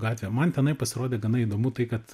gatvė man tenai pasirodė gana įdomu tai kad